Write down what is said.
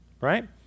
right